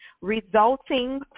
resulting